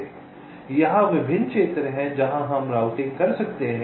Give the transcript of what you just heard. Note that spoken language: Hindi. यहाँ विभिन्न क्षेत्र हैं जहाँ हम राउटिंग कर सकते हैं